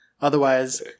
Otherwise